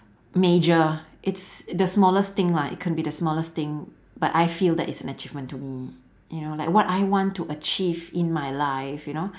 major it's the smallest thing lah it can be the smallest thing but I feel that it's an achievement to me you know like what I want to achieve in my life you know